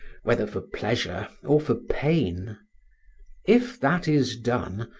whether for pleasure or for pain if that is done,